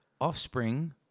Offspring